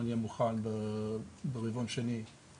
אנחנו מבינים שיש מחיר כלכלי כי הפחם הוא זול.